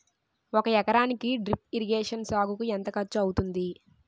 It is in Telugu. ఒక ఎకరానికి డ్రిప్ ఇరిగేషన్ సాగుకు ఎంత ఖర్చు అవుతుంది?